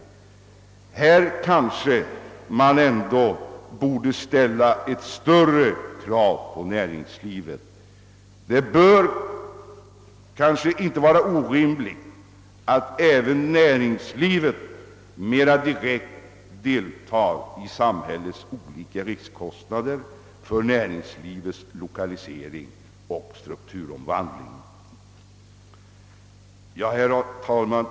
Här kanske man ändå borde ställa större krav på näringslivet. Det bör väl inte vara orimligt att även det mera direkt deltar i samhällets olika kostnader för näringslivets lokalisering och strukturomvandling.